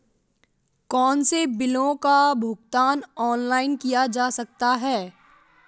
कौनसे बिलों का भुगतान ऑनलाइन किया जा सकता है?